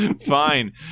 Fine